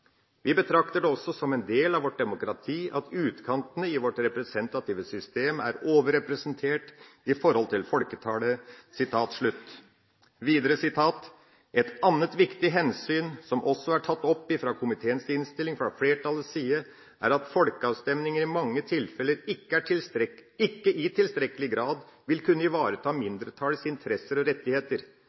Vi betrakter det også som en del av vårt demokrati at utkantene i vårt representative system er overrepresentert i forhold til folketallet.» Videre: «Et annet viktig hensyn som også er tatt opp i komiteens innstilling fra flertallets side, er at folkeavstemninger i mange tilfeller ikke i tilstrekkelig grad vil kunne ivareta mindretallets interesser og rettigheter.